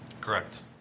Correct